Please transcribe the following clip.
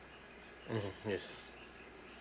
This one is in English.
mmhmm yes